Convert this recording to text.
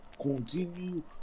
Continue